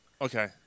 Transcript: Okay